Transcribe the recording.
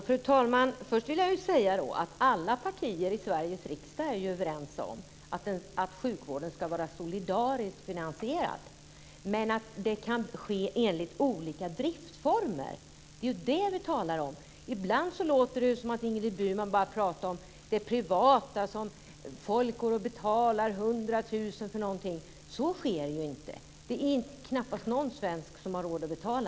Fru talman! Först vill jag säga att alla partier i Sveriges riksdag är överens om att sjukvården ska vara solidariskt finansierad, men det kan ske i olika driftsformer. Det är detta vi talar om. Ibland låter det som om Ingrid Burman pratar om det privata där folk betalar 100 000 för någonting. Så sker ju inte. Det är knappast någon svensk som har råd att betala allt.